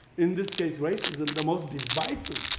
in this case, racism. the most divisive